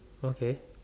okay